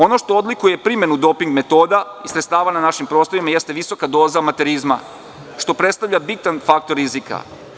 Ono što odlikuje primenu doping metoda, sredstava na našim prostorima jeste visoka doza amaterizma što predstavlja bitan faktor rizika.